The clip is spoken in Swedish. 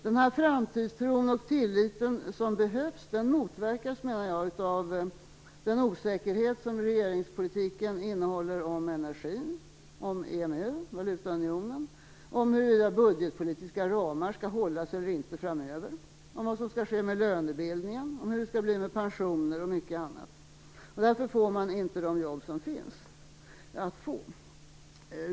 Den framtidstro och tillit som behövs motverkas, menar jag, av den osäkerhet som regeringspolitiken innehåller om energin, EMU, huruvida budgetpolitiska ramar skall hållas eller inte framöver, vad som skall ske med lönebildningen, hur det skall bli med pensionerna och mycket annat. Därför får man inte fram de jobb som finns att få.